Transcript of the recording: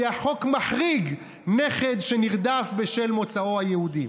כי החוק מחריג נכד שנרדף בשל מוצאו היהודי.